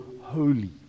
holy